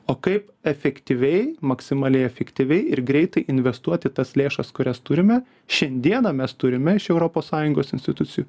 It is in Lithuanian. o kaip efektyviai maksimaliai efektyviai ir greitai investuoti tas lėšas kurias turime šiandieną mes turime iš europos sąjungos institucijų